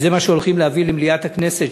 וזה מה שהולכים להביא למליאת הכנסת,